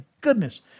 goodness